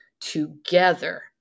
together